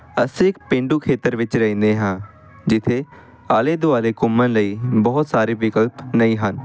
ਅਸੀਂ ਪੇਂਡੂ ਖੇਤਰ ਵਿੱਚ ਰਹਿੰਦੇ ਹਾਂ ਜਿੱਥੇ ਆਲੇ ਦੁਆਲੇ ਘੁੰਮਣ ਲਈ ਬਹੁਤ ਸਾਰੇ ਵਿਕਲਪ ਨਹੀਂ ਹਨ